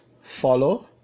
follow